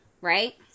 right